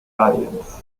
audience